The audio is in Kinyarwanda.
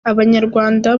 abanyarwanda